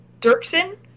Dirksen